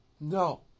No